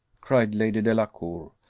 cried lady delacour,